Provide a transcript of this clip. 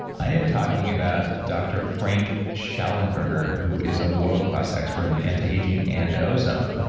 i am talking about doctor frank shallenberger, who is a world class expert in anti-aging and ozone.